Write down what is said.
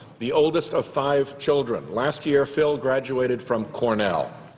the oldest of five children. last year phil graduated from cornell.